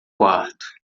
quarto